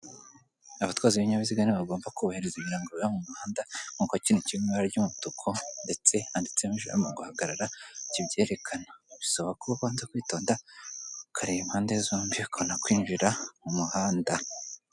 Abatwazi b'ibinyabiziga nibo bagomba kubahiriza ibirango biba mu muhanda nk'uko kino kiri mu ibara ry'umutuku ndetse handitsemo ijambo ngo hagarara kibyerekana, bisaba ko ubanza kwitonda ukareba impande zombi ukabona kwinjira mu muhanda.